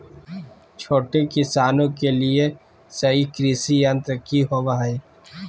छोटे किसानों के लिए सही कृषि यंत्र कि होवय हैय?